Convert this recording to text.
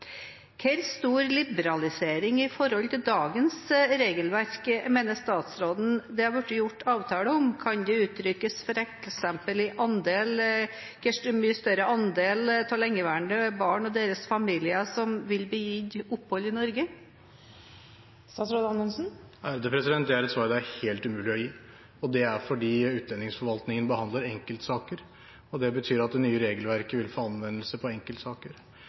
Hvor stor liberalisering – i forhold til dagens regelverk – mener statsråden at det har blitt gjort avtale om? Kan det f.eks. uttrykkes i hvor mye større andel av de lengeværende barna og deres familier som vil bli gitt opphold i Norge? Det er et svar det er helt umulig å gi. Det er fordi utlendingsforvaltningen behandler enkeltsaker, og det betyr at det nye regelverket vil få anvendelse på enkeltsaker.